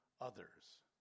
others